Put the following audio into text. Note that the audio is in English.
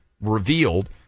revealed